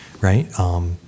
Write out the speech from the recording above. right